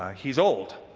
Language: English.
he's old.